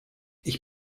ich